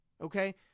Okay